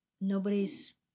nobody's